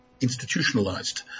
institutionalized